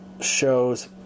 shows